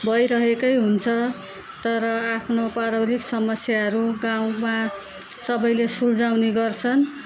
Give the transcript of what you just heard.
भइरहेकै हुन्छ तर आफ्नो पारिवारिक समस्याहरू गाउँमा सबैले सुल्झाउने गर्छन्